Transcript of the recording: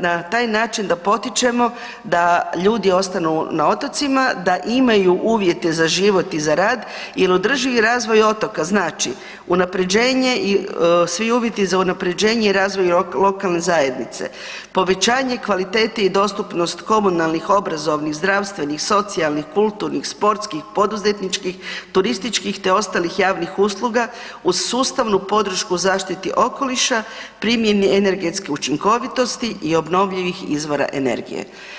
na taj način da potičemo da ljudi ostanu na otocima, da imaju uvjete za život i za rad jer održivi razvoj otoka znači unaprjeđenje i svi uvjeti za unaprjeđenje i razvoj lokalne zajednice, povećanje kvalitete i dostupnost komunalnih, obrazovnih, zdravstvenih, socijalnih, kulturnih, sportskih, poduzetničkih, turističkih te ostalih javnih usluga uz sustavnu podršku zaštiti okoliša, primjeni energetske učinkovitosti i obnovljivih izvora energije.